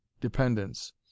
Dependence